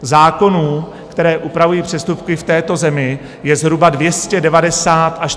Zákonů, které upravují přestupky v této zemi, je zhruba 290 až 340.